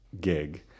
gig